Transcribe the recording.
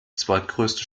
zweitgrößte